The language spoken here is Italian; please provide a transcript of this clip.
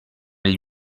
gli